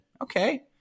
okay